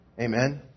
Amen